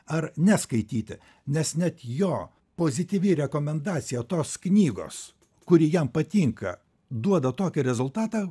ar neskaityti nes net jo pozityvi rekomendacija tos knygos kuri jam patinka duoda tokį rezultatą